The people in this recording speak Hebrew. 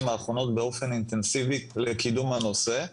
האחרונות באופן אינטנסיבי לקידום הנושא,